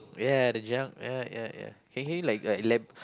ya the jung~ ya ya ya can you like elab~